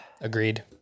Agreed